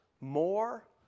more